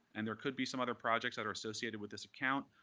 and there could be some other projects that are associated with this account.